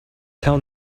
tell